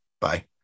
bye